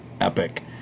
epic